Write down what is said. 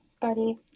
Buddy